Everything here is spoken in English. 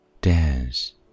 Dance